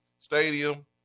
stadium